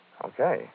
Okay